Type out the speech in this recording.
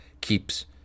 keeps